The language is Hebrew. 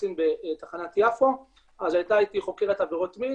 קצין בתחנת יפו אז הייתה איתי חוקרת עבירות מין